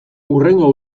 hurrengo